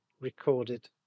recorded